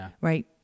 Right